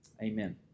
Amen